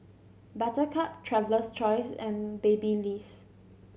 Buttercup Traveler's Choice and Babyliss